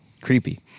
creepy